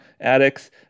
addicts